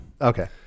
okay